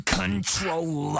control